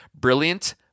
brilliant